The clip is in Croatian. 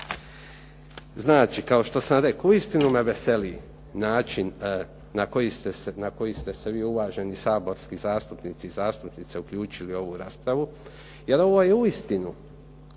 Znači, kao što sam rekao, uistinu me veseli način na koji ste se vi uvaženi saborski zastupnici i zastupnice uključili u ovu raspravu, jer ovo je uistinu